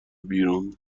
بیرون